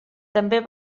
també